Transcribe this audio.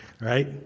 Right